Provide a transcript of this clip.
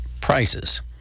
prices